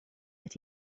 that